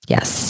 Yes